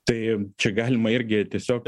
tai čia galima irgi tiesiog